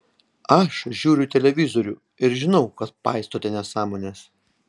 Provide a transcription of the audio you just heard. aš žiūriu televizorių ir žinau kad paistote nesąmones